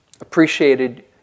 appreciated